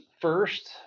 first